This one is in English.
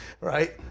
right